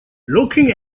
looking